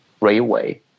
railway